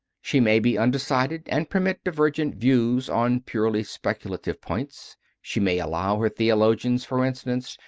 she may be undecided and permit divergent views on purely speculative points she may allow her theologians, for instance,